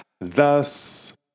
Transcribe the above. Thus